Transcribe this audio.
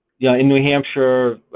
yeah in new hampshire,